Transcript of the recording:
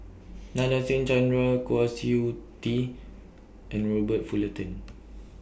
Nadasen Chandra Kwa Siew Tee and Robert Fullerton